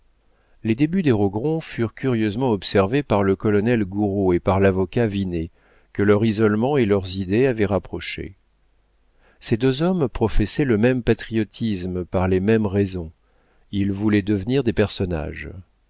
les débuts des rogron furent curieusement observés par le colonel gouraud et par l'avocat vinet que leur isolement et leurs idées avaient rapprochés ces deux hommes professaient le même patriotisme par les mêmes raisons ils voulaient devenir des personnages